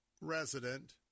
resident